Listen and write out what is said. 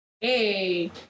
Hey